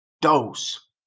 dose